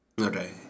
Okay